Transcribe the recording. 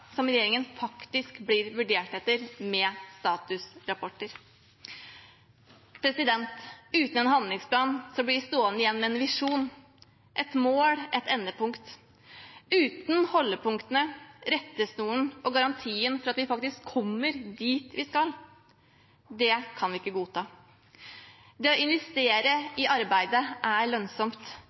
som regjeringen blir vurdert etter ut fra statusrapporter. Uten en handlingsplan blir man stående igjen med en visjon, et mål, et endepunkt uten holdepunktene, rettesnoren og garantien for at vi faktisk kommer dit vi skal. Det kan vi ikke godta. Det å investere i arbeidet er lønnsomt.